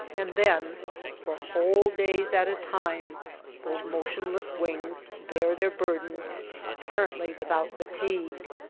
and then for whole days at a time those motionless wings bear their burden apparently without fatigue.